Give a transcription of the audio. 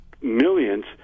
millions